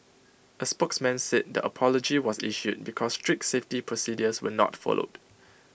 A spokesman said the apology was issued because strict safety procedures were not followed